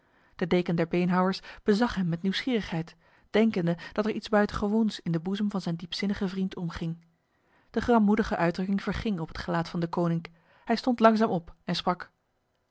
de deken der beenhouwers bezag hem met nieuwsgierigheid denkende dat er iets buitengewoons in de boezem van zijn diepzinnige vriend omging de grammoedige uitdrukking verging op het gelaat van deconinck hij stond langzaam op en sprak